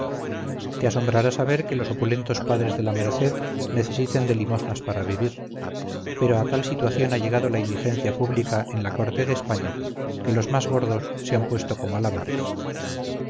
te asombrará saber que los opulentos padres de la merced necesiten de limosnas para vivir pero a tal situación ha llegado la indigencia pública en la corte de españa que los más gordos se han puesto como alambres